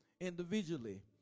individually